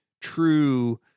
true